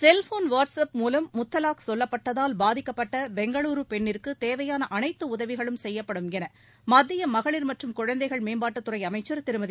cellphone WhatsApp மூலம் முத்தலாக் சொல்லப்பட்டதால் பாதிக்கப்பட்ட பெங்களூரு பெண்ணிற்குத் தேவையான அனைத்து உதவிகளும் செய்யப்படும் என மத்திய மகளிர் மற்றும் குழந்தைகள் மேம்பாட்டுத் துறை அமைச்சர் திருமதி